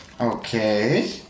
Okay